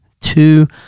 two